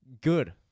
Good